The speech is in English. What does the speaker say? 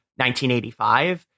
1985